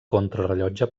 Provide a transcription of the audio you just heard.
contrarellotge